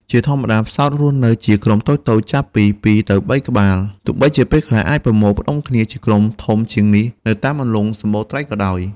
ជាធម្មតាផ្សោតរស់នៅជាក្រុមតូចៗ ចាប់ពី ២ ទៅ ៦ ក្បាល ទោះបីជាពេលខ្លះអាចប្រមូលផ្តុំគ្នាជាក្រុមធំជាងនេះនៅតាមអន្លង់សម្បូរត្រីក៏ដោយ។